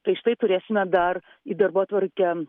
tai štai turėsime dar į darbotvarkę